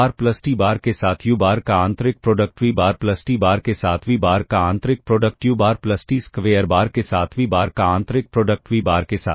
बार plus T bar के साथ u bar का आंतरिक product v bar plus T bar के साथ v बार का आंतरिक product u bar plus T square bar के साथ v बार का आंतरिक प्रोडक्ट v बार के साथ